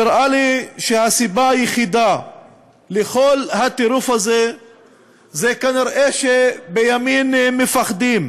נראה לי שהסיבה היחידה לכל הטירוף הזה היא שבימין כנראה מפחדים,